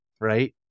Right